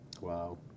Wow